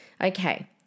Okay